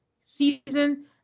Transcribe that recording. season